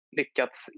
lyckats